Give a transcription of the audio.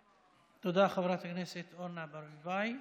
תודה, חברת הכנסת אורנה ברביבאי.